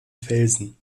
felsen